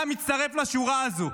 אתה מצטרף לשורה הזאת.